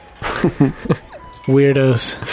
Weirdos